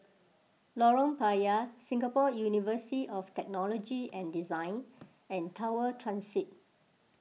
Lorong Payah Singapore University of Technology and Design and Tower Transit